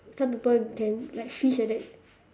some people can like fish like that